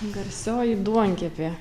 garsioji duonkepė